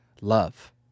love